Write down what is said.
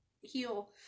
heal